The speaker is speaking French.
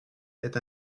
est